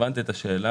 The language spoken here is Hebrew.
הבנתי את השאלה.